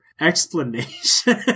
explanation